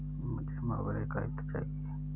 मुझे मोगरे का इत्र चाहिए